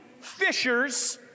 fishers